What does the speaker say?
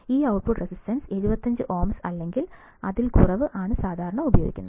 ഈ output resistance 75 ohms അല്ലെങ്കിൽ അതിൽ കുറവ് ആണ് സാധാരണ ഉപയോഗിക്കുന്നത്